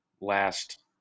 last